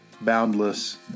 boundless